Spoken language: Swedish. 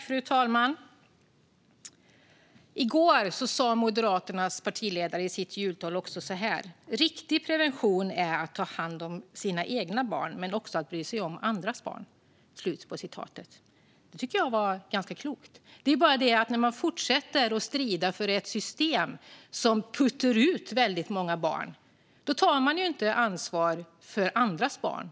Fru talman! I går sa Moderaternas partiledare så här i sitt jultal: "Riktig prevention är att ta hand om sina egna barn, men också att bry sig om andras ungar." Det tycker jag är ganska klokt. Det är bara det att när man fortsätter strida för ett system som puttar ut väldigt många barn, då tar man inte ansvar för andras barn.